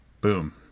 boom